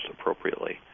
appropriately